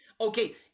Okay